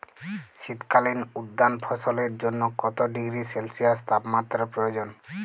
শীত কালীন উদ্যান ফসলের জন্য কত ডিগ্রী সেলসিয়াস তাপমাত্রা প্রয়োজন?